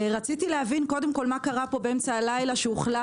רציתי להבין מה קרה כאן באמצע הלילה שהוחלט